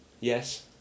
Yes